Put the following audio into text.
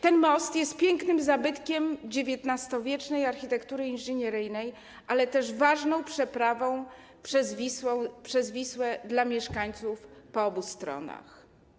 Ten most jest pięknym zabytkiem XIX-wiecznej architektury inżynieryjnej, ale też ważną przeprawą przez Wisłę dla mieszkańców po obu stronach.